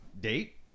date